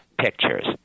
pictures